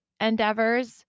endeavors